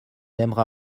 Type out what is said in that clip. aimera